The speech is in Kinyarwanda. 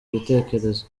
ibitekerezo